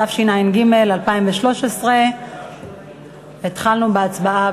התשע"ג 2013. התחלנו בהצבעה,